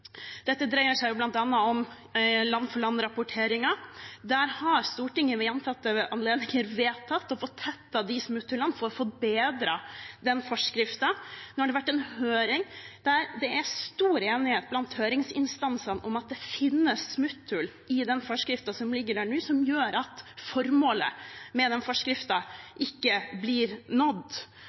Dette dreier seg bl.a. om land-for-land-rapporteringen. Der har Stortinget ved gjentatte anledninger vedtatt å få tettet de smutthullene for å få bedret den forskriften. Nå har det vært en høring der det er stor enighet blant høringsinstansene om at det finnes smutthull i den forskriften som ligger der nå, som gjør at formålet med forskriften ikke blir nådd.